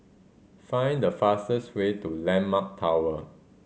find the fastest way to Landmark Tower